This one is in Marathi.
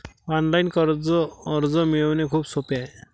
ऑनलाइन कर्ज अर्ज मिळवणे खूप सोपे आहे